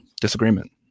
disagreement